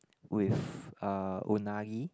with uh unagi